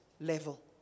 level